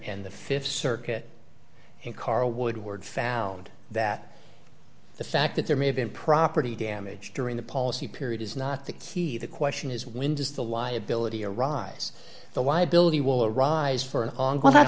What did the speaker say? and the th circuit in caro woodward found that the fact that there may have been property damage during the policy period is not the key the question is when does the liability arise the liability will arise for a